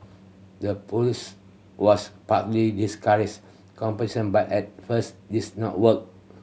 the policy was partly discourage competition but at first this not work